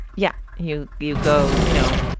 yeah you you go, you know.